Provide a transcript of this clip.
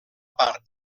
part